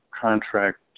contract